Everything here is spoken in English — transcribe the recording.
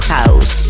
House